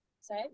Say